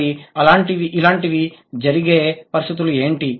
మరి ఇలాంటివి జరిగే పరిస్థితులు ఏంటి